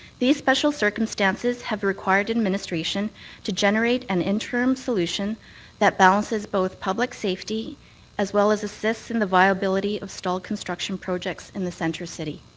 these special circumstances have required administration to generate an interim solution that balances both public safety as well as assists in the viability of stalled construction projects in the centre city.